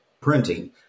printing